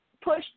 push